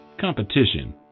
competition